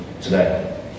today